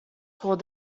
called